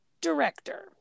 director